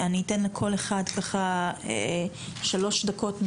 אני אתן לכל אחד שלוש דקות,